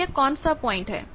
तो यह कौन सा पॉइंट है